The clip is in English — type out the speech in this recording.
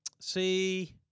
See